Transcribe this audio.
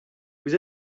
vous